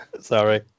Sorry